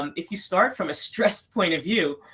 um if you start from a stressed point of view,